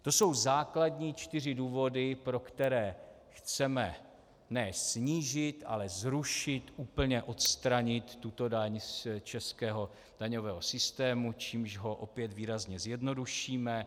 To jsou základní čtyři důvody, pro které chceme ne snížit, ale zrušit, úplně odstranit tuto daň z českého daňového systému, čímž ho opět výrazně zjednodušíme.